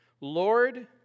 Lord